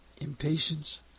impatience